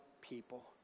people